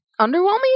Underwhelming